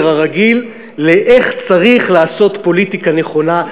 הרגיל לאיך צריך לעשות פוליטיקה נכונה,